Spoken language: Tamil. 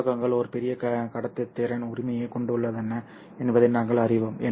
உலோகங்கள் ஒரு பெரிய கடத்துத்திறன் உரிமையைக் கொண்டுள்ளன என்பதை நாங்கள் அறிவோம்